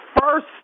First